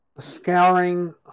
scouring